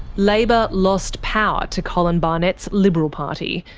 labor lost power to colin barnett's liberal party,